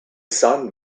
sun